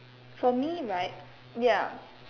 for me right ya